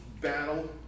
battle